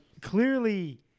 clearly